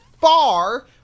far